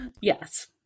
yes